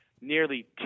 nearly